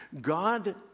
God